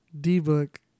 D-Book